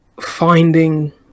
finding